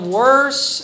worse